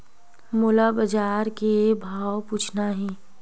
मोला बजार के भाव पूछना हे?